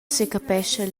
secapescha